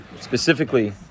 specifically